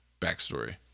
backstory